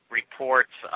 reports